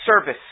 service